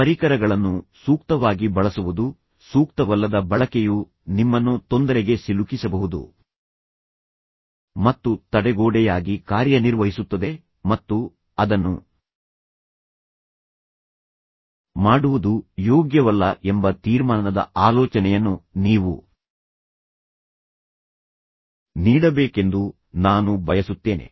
ಪರಿಕರಗಳನ್ನು ಸೂಕ್ತವಾಗಿ ಬಳಸುವುದು ಸೂಕ್ತವಲ್ಲದ ಬಳಕೆಯು ನಿಮ್ಮನ್ನು ತೊಂದರೆಗೆ ಸಿಲುಕಿಸಬಹುದು ಮತ್ತು ತಡೆಗೋಡೆಯಾಗಿ ಕಾರ್ಯನಿರ್ವಹಿಸುತ್ತದೆ ಮತ್ತು ಅದನ್ನು ಮಾಡುವುದು ಯೋಗ್ಯವಲ್ಲ ಎಂಬ ತೀರ್ಮಾನದ ಆಲೋಚನೆಯನ್ನು ನೀವು ನೀಡಬೇಕೆಂದು ನಾನು ಬಯಸುತ್ತೇನೆ